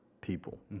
people